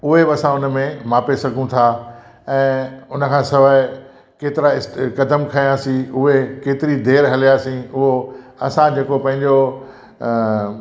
उहे बि असां उन में मापे सघूं था ऐं उनखां सवाइ स केतिरा क़दम खयासीं उहे केतिरी देरि हलियासीं उहो असां जेको पंहिंजो